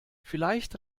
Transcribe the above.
vielleicht